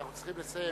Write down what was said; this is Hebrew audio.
אנחנו צריכים לסיים.